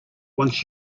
wants